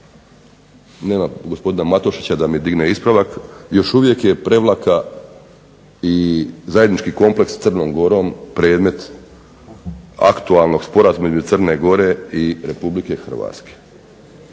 Nema gospodina Matušića da mi digne ispravak. Još uvijek je Prevlaka i zajednički kompleks s Crnom Gorom predmet aktualnog sporazuma između Crne Gore i Republike Hrvatske